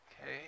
okay